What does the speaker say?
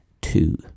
two